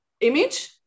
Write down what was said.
image